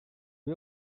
the